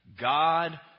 God